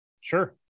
Sure